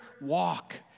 walk